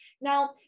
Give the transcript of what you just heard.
Now